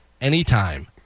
anytime